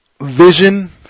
Vision